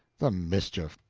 the mischief!